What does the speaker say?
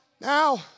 Now